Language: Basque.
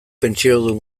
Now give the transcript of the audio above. pentsiodun